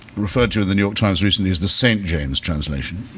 referred to in the new york times recently as the st. james translation,